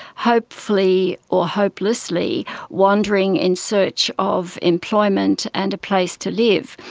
hopefully or hopelessly wandering in search of employment and a place to live,